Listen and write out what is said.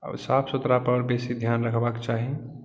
आओर साफ सुथड़ापर बेसी ध्यान रखबाक चाही